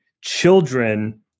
children